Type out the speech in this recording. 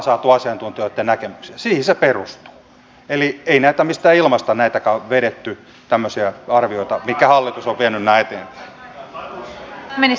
eli ei näitä tämmöisiäkään arvioita ole mistään ilmasta vedetty mitä hallitus on vienyt eteenpäin